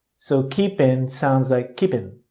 so keep in sounds like, keep in,